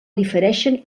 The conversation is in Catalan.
difereixen